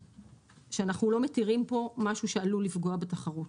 שאנחנו לא מתירים פה משהו שעלול לפגוע בתחרות.